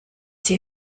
sie